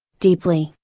deeply,